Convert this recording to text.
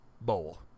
bowl